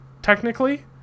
technically